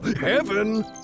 heaven